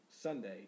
Sunday